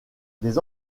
des